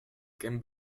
can